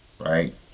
right